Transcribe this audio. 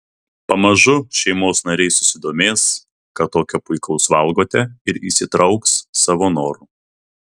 pamažu šeimos nariai susidomės ką tokio puikaus valgote ir įsitrauks savo noru